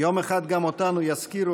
יום אחד גם אותנו יזכירו.